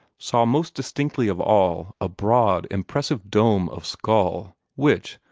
saw most distinctly of all a broad, impressive dome of skull, which,